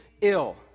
ill